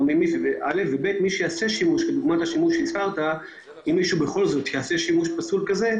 ודבר נוסף, אם מישהו בכל זאת יעשה שימוש פסול כזה,